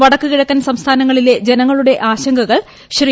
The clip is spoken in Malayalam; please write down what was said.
വടക്കുകിഴക്കൻ സംസ്ഥാന ങ്ങളിലെ ജനങ്ങളുടെ ആശ്യങ്കിക്കുൾ ശ്രീ